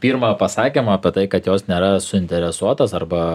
pirmą pasakymą apie tai kad jos nėra suinteresuotos arba